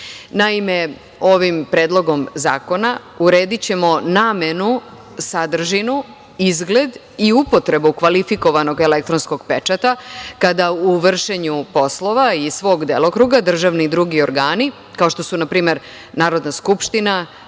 Naime, ovim Predlogom zakona uredićemo namenu, sadržinu, izgled i upotrebu kvalifikovanog elektronskog pečata kada u vršenju poslova iz svog delokruga državni i drugi organi kao što su npr. Narodna skupština,